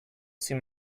seen